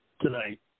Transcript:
tonight